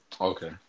okay